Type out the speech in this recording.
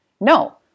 No